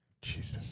Jesus